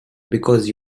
because